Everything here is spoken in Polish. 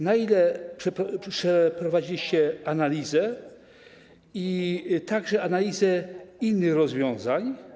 Na ile przeprowadziliście analizę, także analizę innych rozwiązań?